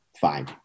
fine